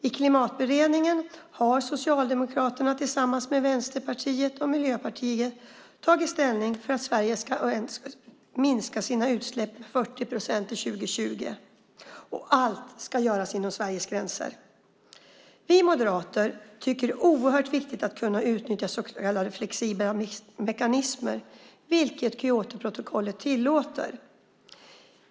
I Klimatberedningen har Socialdemokraterna tillsammans med Vänsterpartiet och Miljöpartiet tagit ställning för att Sverige ska minska sina utsläpp med 40 procent till år 2020, och allt ska göras inom Sveriges gränser. Vi moderater tycker att det är oerhört viktigt att kunna utnyttja så kallade flexibla mekanismer, vilket Kyotoprotokollet tillåter.